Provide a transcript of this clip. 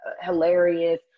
hilarious